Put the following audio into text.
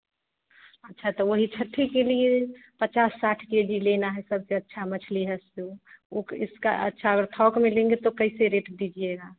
अच्छा तो वही छट्टी के लिए पचास साठ के जी लेना है सबसे अच्छा मछली है सो वह इसका अच्छा और थोक में लेंगे तो कैसे रेट दीजिएगा